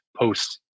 post